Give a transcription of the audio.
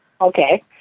Okay